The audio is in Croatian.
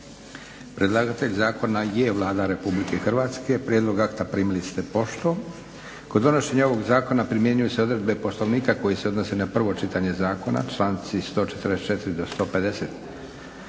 Predlagatelj zakona je Vlada RH. Prijedlog akta primili ste poštom. Kod donošenja ovog zakona primjenjuju se odredbe poslovnika koji se odnose na prvo čitanje zakona, članci 144. -150.